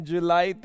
July